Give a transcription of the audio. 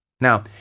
Now